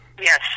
Yes